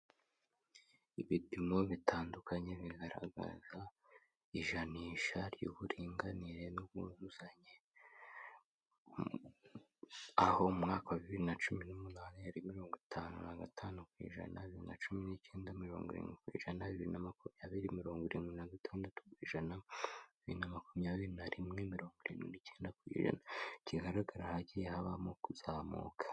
Ibipimo bitandukanye bigaragaza ijanisha ry'uburinganire n'ubwuzuzanye, aho umwaka wa bibiri na cumi n'umunani yari mirongo itanu na gatanu ku ijana, bibiri na cumi n'icyenda mirongo irindwi ku ku ijana, bibiri na makumyabiri mirongo irindwi na gatandatu ku ijana, bibiri na makumyabiri nari rimwe mirongo irindwi n'icyenda ku ijana, bigaragara ko hagiye habamo kuzamuka.